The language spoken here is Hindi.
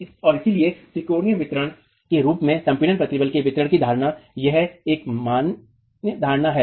और इसलिए त्रिकोणीय वितरण के रूप में संपीड़ित प्रतिबल के वितरण की धारणा यहां एक मान्य धारणा है